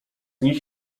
nich